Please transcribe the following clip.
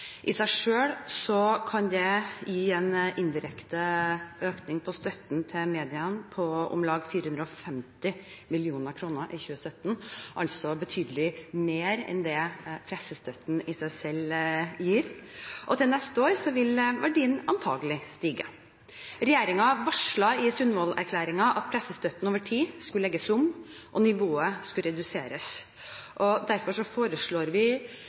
I seg selv kan det gi en indirekte økning i støtten til mediene på om lag 450 mill. kr i 2017, altså betydelig mer enn det pressestøtten i seg selv gir. Til neste år vil verdien antakelig stige. Regjeringen varslet i Sundvolden-erklæringen at pressestøtten over tid skulle legges om, og nivået skulle reduseres. Derfor foreslår vi